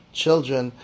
children